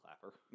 clapper